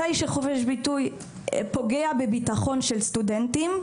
מתי שחופש ביטוי פוגע בבטחון של סטודנטים,